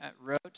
wrote